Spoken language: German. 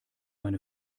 meine